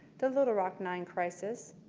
the little rock nine crisis,